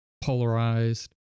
polarized